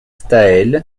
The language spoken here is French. staël